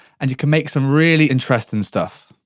and you can make some really interesting stuff.